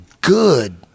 good